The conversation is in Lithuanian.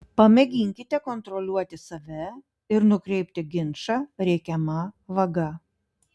pamėginkite kontroliuoti save ir nukreipti ginčą reikiama vaga